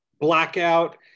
Blackout